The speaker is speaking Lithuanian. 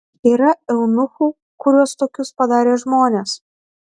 yra eunuchų kuriuos tokius padarė žmonės